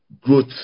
growth